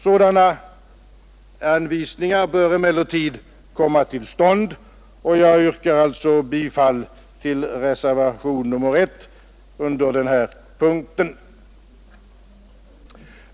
Sådana anvisningar bör emellertid komma till stånd, och jag yrkar alltså bifall till reservationen A 1.